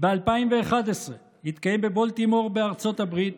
ב-2011 התקיים בבולטימור בארצות הברית